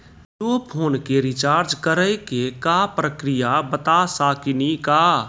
Jio phone के recharge करे के का प्रक्रिया बता साकिनी का?